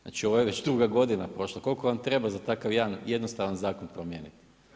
Znači ovo je već druga godina prošla, koliko vam treba za takav jedan jednostavan zakon promijeniti.